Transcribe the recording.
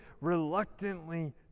reluctantly